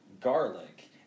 garlic